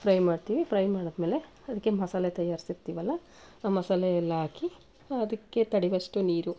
fry ಮಾಡ್ತೀವಿ fry ಮಾಡಿದ್ಮೇಲೆ ಅದಕ್ಕೆ ಮಸಾಲೆ ತಯಾರಿಸಿರ್ತೀವಲ್ಲ ಆ ಮಸಾಲೆ ಎಲ್ಲ ಹಾಕಿ ಅದಕ್ಕೆ ತಡೆವಷ್ಟು ನೀರು